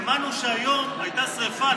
שמענו שהיום הייתה שרפה,